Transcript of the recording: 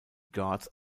guards